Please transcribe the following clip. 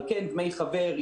אבל כן דמי חבר,